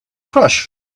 crush